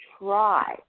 try